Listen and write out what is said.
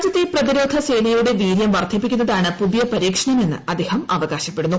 രാജ്യൂര്ത്ത പ്രതിരോധ സേനയുടെ വീര്യം വർദ്ധിപ്പിക്കുന്നതാണ് പ്ര പൂതിയ പരീക്ഷണമെന്ന് അദ്ദേഹം അവകാശപ്പെടുന്നു